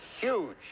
huge